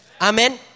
Amen